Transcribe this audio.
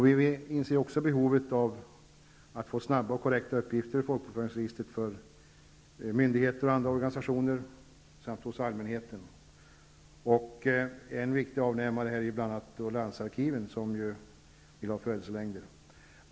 Vi inser också behovet av att få snabba och korrekta uppgifter ur folkbokföringsregistret hos myndigheter och andra organisationer samt hos allmänheten. En viktig avnämare är landsarkiven, som vill ha födelselängder.